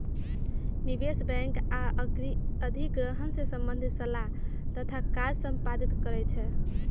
निवेश बैंक आऽ अधिग्रहण से संबंधित सलाह तथा काज संपादित करइ छै